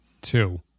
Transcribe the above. two